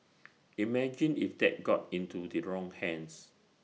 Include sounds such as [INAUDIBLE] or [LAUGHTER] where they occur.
[NOISE] imagine if that got into the wrong hands